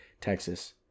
texas